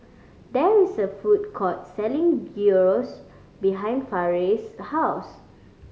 there is a food court selling Gyros behind Farris' house